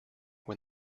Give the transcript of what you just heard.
when